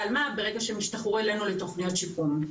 אלמ"ב ברגע שהם ישתחררו אלינו לתוכניות שיקום.